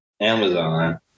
Amazon